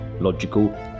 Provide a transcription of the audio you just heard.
logical